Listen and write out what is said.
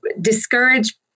discourage